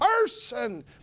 person